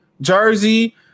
jersey